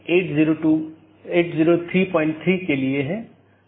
और EBGP में OSPF इस्तेमाल होता हैजबकि IBGP के लिए OSPF और RIP इस्तेमाल होते हैं